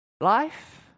Life